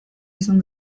izan